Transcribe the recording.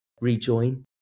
rejoin